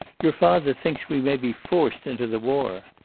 your father thinks we may be forced into the war.